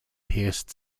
pierced